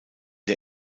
der